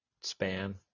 span